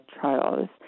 trials